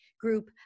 group